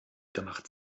gemacht